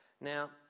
Now